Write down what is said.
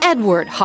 Edward